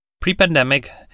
Pre-pandemic